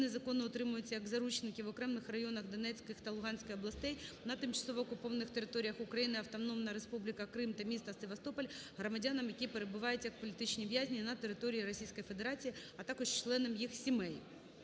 незаконно утримуються як заручники в окремих районах Донецької та Луганської областей, на тимчасово окупованих територіях України (Автономна Республіка Крим та міста Севастополь), громадянам, які перебувають як політичні в'язні на території Російської Федерації, а також членам їх сімей.